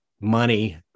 money